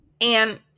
and-